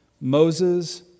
Moses